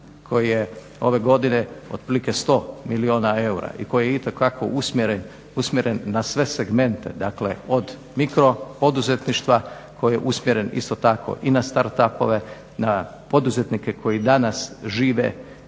koji je ove godine otprilike 100 milijuna eura i koji je itekako usmjeren na sve segmente od mikropoduzetništva koji je usmjeren isto tako i na start up-ove na poduzetnike koji danas žive